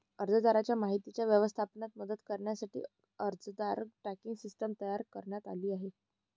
अर्जदाराच्या माहितीच्या व्यवस्थापनात मदत करण्यासाठी अर्जदार ट्रॅकिंग सिस्टीम तयार करण्यात आली आहे